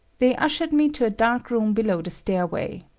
they ushered me to a dark room below the stairway.